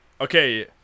Okay